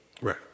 Right